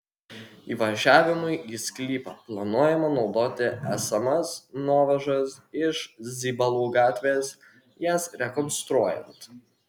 įvažiavimui į sklypą planuojama naudoti esamas nuovažas iš zibalų gatvės jas rekonstruojant